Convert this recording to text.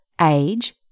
age